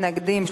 מתנגדים,